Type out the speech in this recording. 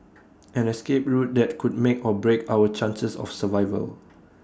an escape route that could make or break our chances of survival